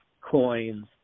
coins